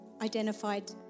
identified